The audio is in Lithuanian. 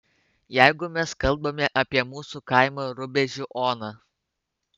jeigu mes kalbame apie mūsų kaimo rubežių oną